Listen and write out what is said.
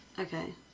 Okay